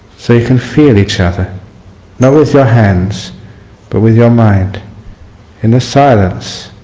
so you can feel each other not with your hands but with your mind in the silence,